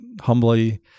humbly